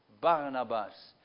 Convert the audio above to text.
Barnabas